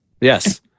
Yes